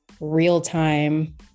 real-time